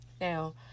Now